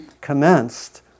commenced